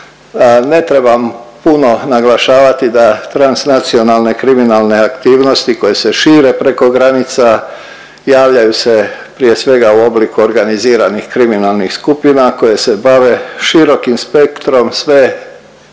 Ne trebam puno naglašavati da transnacionalne kriminalne aktivnosti koje se šire preko granica, javljaju se prije svega u obliku organiziranih kriminalnih skupina koje se bave širokim spektrom sve